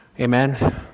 Amen